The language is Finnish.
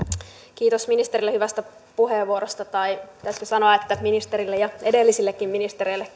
kiitos ministerille hyvästä puheenvuorosta tai pitäisikö sanoa ministerille ja edellisillekin ministereille